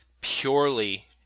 purely